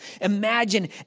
Imagine